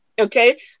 Okay